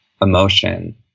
emotion